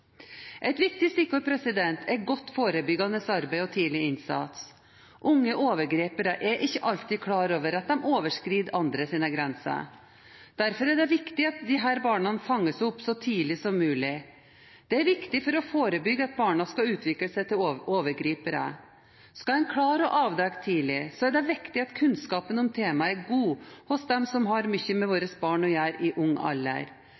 Et viktig stikkord er godt forebyggende arbeid og tidlig innsats. Unge overgripere er ikke alltid klar over at de overskrider andres grenser, og derfor er det viktig at disse barna fanges opp så tidlig som mulig. Dette er viktig for å forebygge at barna skal utvikle seg til overgripere. Skal en klare å avdekke tidlig, er det viktig at kunnskapen om temaet er god hos dem som har mye med våre barn å gjøre i ung